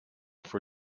for